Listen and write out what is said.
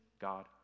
God